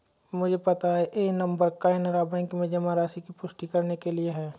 मुझे पता है यह नंबर कैनरा बैंक में जमा राशि की पुष्टि करने के लिए है